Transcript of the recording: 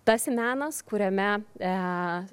tas menas kuriame